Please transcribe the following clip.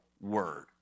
word